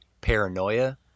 paranoia